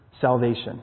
salvation